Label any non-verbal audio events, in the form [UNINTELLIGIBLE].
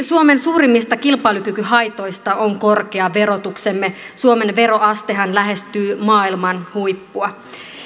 [UNINTELLIGIBLE] suomen suurimmista kilpailukykyhaitoista on korkea verotuksemme suomen veroastehan lähestyy maailman huippua